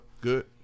Good